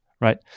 right